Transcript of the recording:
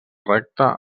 recte